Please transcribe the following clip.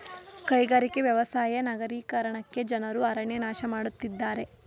ಕೈಗಾರಿಕೆ, ವ್ಯವಸಾಯ ನಗರೀಕರಣಕ್ಕೆ ಜನರು ಅರಣ್ಯ ನಾಶ ಮಾಡತ್ತಿದ್ದಾರೆ